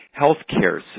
healthcare